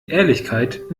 ehrlichkeit